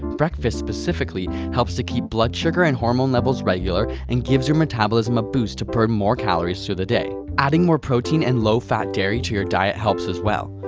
breakfast specifically helps to keep blood sugar and hormone levels regular and gives your metabolism a boost to burn more calories through the day. adding more protein and low fat dairy to your diet helps as well.